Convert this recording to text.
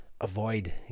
avoid